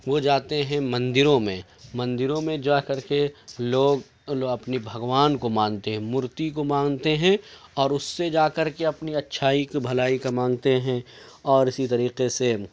وہ جاتے ہیں مندروں میں مندروں میں جا کر کے لوگ اپنے بھگوان کو مانتے ہیں مورتی کو مانتے ہیں اور اس سے جا کر کے اپنی اچھائی بھلائی مانگتے ہیں اور اسی طریقے سے